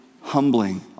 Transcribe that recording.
humbling